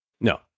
No